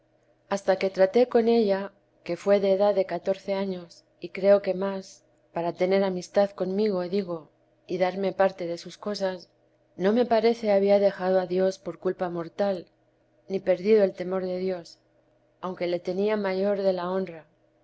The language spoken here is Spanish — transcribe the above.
hasta que traté con ella que fué de edad de catorce años y creo que más para tener amistad conmigo digo y darme parte de sus cosas no me parece había dejado a dios por culpa mortal ni perdido el temor de dios aunque le tenía mayor de la honra